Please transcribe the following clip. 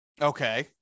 Okay